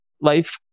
life